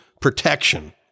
protection